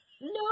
No